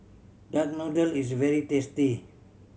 duck noodle is very tasty